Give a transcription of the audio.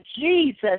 Jesus